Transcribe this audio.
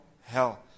hell